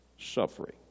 suffering